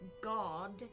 God